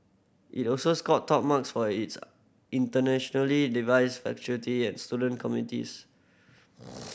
it also scored top marks for its internationally diverse faculty and student communities